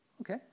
Okay